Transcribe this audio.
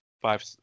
five